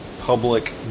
public